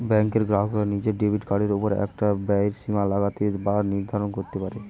ব্যাঙ্কের গ্রাহকরা নিজের ডেবিট কার্ডের ওপর একটা ব্যয়ের সীমা লাগাতে বা নির্ধারণ করতে পারে